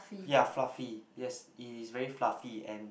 ya fluffy yes it is very fluffy and